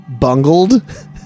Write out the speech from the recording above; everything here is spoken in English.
bungled